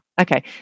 Okay